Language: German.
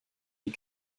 die